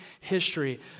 history